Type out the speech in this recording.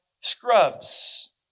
scrubs